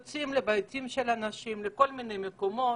יוצאים לבתים של אנשים, לכל מיני מקומות,